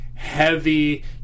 Heavy